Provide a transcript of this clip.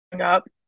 up